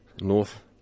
north